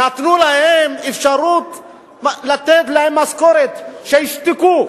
נתנו אפשרות לתת להם משכורת, שישתקו,